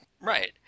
Right